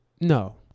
no